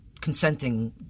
consenting